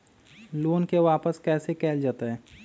Loan के वापस कैसे कैल जतय?